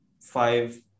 five